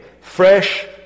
fresh